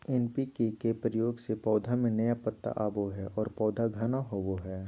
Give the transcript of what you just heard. NPK के प्रयोग से पौधा में नया पत्ता आवो हइ और पौधा घना होवो हइ